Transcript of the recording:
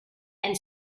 and